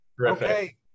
Okay